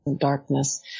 darkness